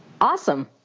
Awesome